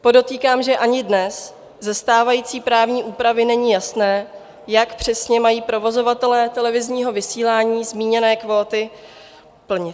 Podotýkám, že ani dnes ze stávající právní úpravy není jasné, jak přesně mají provozovatelé televizního vysílání zmíněné kvóty plnit.